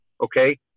okay